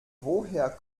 woher